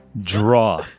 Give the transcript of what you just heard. Draw